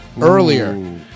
earlier